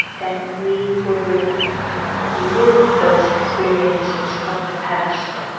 and we will will live those experiences from the past.